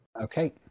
okay